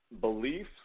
belief